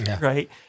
right